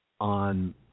On